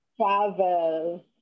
Travel